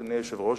אדוני היושב-ראש,